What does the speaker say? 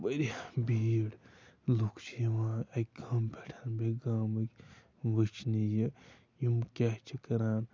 واریاہ بھیٖڑ لوٗکھ چھِ یِوان اَکہِ گامہٕ پٮ۪ٹھ بیٚکہِ گامٕکۍ وٕچھنہِ یہِ یِم کیٛاہ چھِ کَران